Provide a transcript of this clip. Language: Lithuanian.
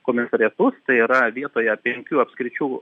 komisariatus tai yra vietoje penkių apskričių